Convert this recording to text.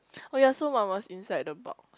oh ya so what was inside the box